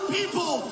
people